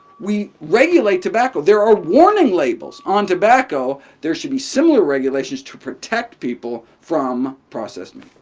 we regulate tobacco there are warning labels on tobacco. there should be similar regulations to protect people from processed meat.